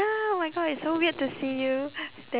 ya oh my god it's so weird to see you there